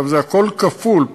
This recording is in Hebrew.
זה הכול כפול,